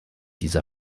dieser